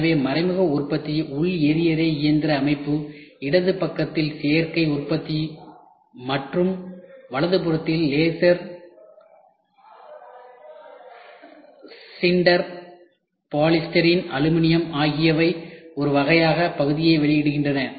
எனவே மறைமுக உற்பத்தி உள் எரியறை இயந்திர அமைப்பு இடது பக்கத்தில் சேர்க்கை உற்பத்தி மற்றும் வலதுபுறத்தில் லேசர் சின்டர் பாலிஸ்டிரீன் அலுமினியம் ஆகியவை ஒரு வகையான பகுதியை வெளியிடுகின்றன